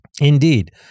indeed